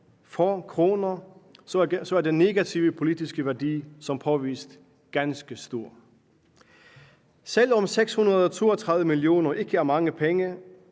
få kroner, er den negative politiske værdi som påvist ganske stor. Selv om 632 mio. kr. ikke er mange penge,